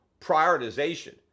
prioritization